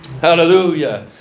Hallelujah